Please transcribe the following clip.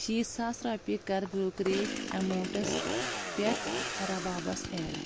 شیٖتھ ساس رۄپیہِ کَر بروکریج ایماونٹس پیٹھ رَبابس ایڈ